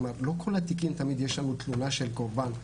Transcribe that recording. לא בכל התיקים יש לנו תלונה של קורבן,